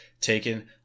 taken